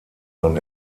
man